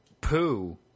poo